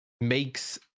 makes